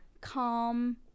calm